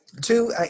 Two